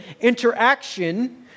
interaction